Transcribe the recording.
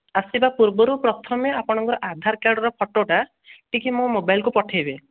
ଆସିବା ପୂର୍ବରୁ ପ୍ରଥମେ ଆପଣଙ୍କର ଆଧାର କାର୍ଡ଼୍ର ଫଟୋଟା ଟିକିଏ ମୋ ମୋବାଇଲ୍କୁ ପଠାଇବେ